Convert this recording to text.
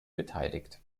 beteiligt